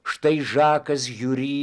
štai žakas hiuri